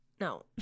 no